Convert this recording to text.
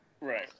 Right